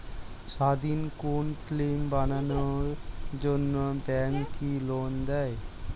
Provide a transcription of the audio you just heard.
স্বাধীন কোনো ফিল্ম বানানোর জন্য ব্যাঙ্ক কি লোন দেয়?